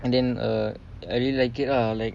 and then err I really like it lah like